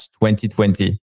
2020